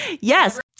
Yes